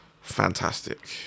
Fantastic